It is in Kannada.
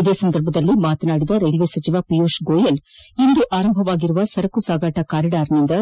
ಇದೇ ಸಂದರ್ಭದಲ್ಲಿ ಮಾತನಾಡಿದ ರೈಲ್ವೆ ಸಚಿವ ಪಿಯುಷ್ ಗೋಯಲ್ ಇಂದು ಆರಂಭವಾಗಿರುವ ಸರಕು ಸಾಗಾಟ ಕಾರಿಡಾರ್ನಿಂದ